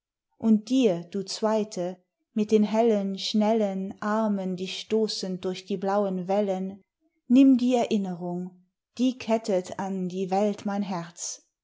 und dir du zweite mit den hellen schnellen armen dich stoßend durch die blauen wellen nimm die erinnerung die kettet an die welt mein herz